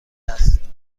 است